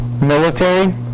military